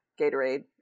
Gatorade